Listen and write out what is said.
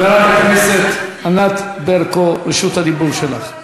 חברת הכנסת ענת ברקו, רשות הדיבור שלך.